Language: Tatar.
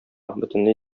бөтенләй